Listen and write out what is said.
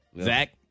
Zach